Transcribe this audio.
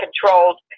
controlled